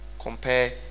compare